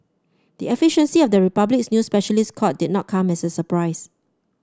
the efficiency the Republic's new specialist court did not come as a surprise